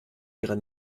ihrer